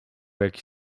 jakiś